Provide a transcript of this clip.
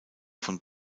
von